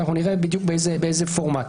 נראה בדיוק באיזה פורמט.